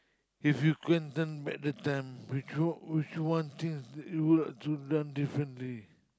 if you can turn back the time which one which one things you would have to done differently